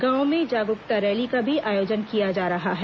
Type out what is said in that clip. गांवों में जागरूकता रैली का भी आयोजन किया जा रहा है